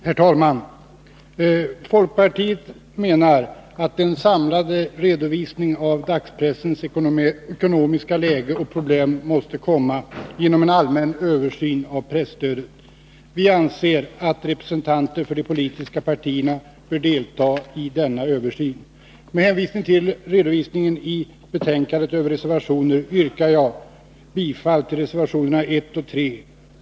Herr talman! Folkpartiet menar att en samlad redovisning av dagspressens ekonomiska läge och problem måste göras inom en allmän översyn av presstödet. Vi anser att representanter för de politiska partierna bör delta i denna översyn. Med hänvisning till den redovisning som finns i betänkandet över reservationerna yrkar jag bifall till reservationerna 1 och 3.